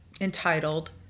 Entitled